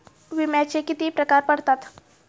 विम्याचे किती प्रकार पडतात?